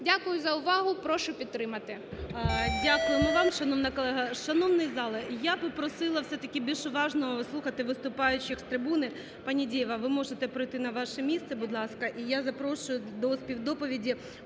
Дякую за увагу, прошу підтримати.